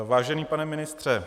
Vážený pane ministře.